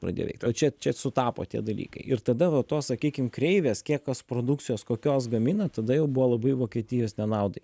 pradėjo veikt o čia čia sutapo tie dalykai ir tada va tos sakykim kreivės kiek kas produkcijos kokios gamina tada jau buvo labai vokietijos nenaudai